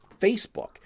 Facebook